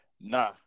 nah